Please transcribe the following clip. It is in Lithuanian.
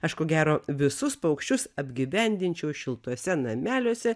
aš ko gero visus paukščius apgyvendinčiau šiltuose nameliuose